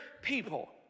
people